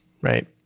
right